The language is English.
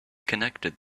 connected